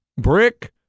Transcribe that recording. brick